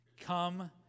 Come